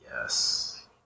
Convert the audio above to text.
Yes